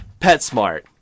PetSmart